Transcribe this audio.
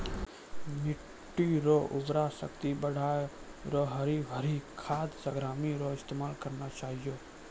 मिट्टी रो उर्वरा शक्ति बढ़ाएं रो हरी भरी खाद सामग्री रो इस्तेमाल करना चाहियो